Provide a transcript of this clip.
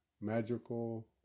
magical